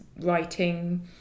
writing